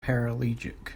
paraplegic